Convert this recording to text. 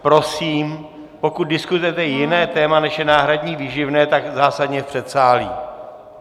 Prosím, pokud diskutujete jiné téma, než je náhradní výživné, tak zásadně v předsálí.